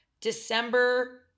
December